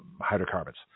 hydrocarbons